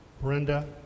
Brenda